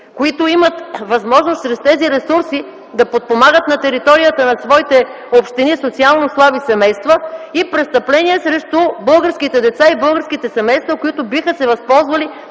които имат възможност чрез тези ресурси да подпомагат на територията на своите общини социално слаби семейства, и престъпление срещу българските деца и българските семейства, които биха се възползвали